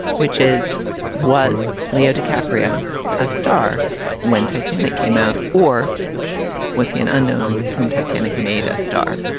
which is was leo dicaprio a star when titanic came out, or was he an unknown whom titanic made a star?